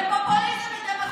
זה פופוליזם ודמגוגיה.